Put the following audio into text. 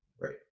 Right